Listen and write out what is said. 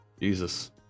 Jesus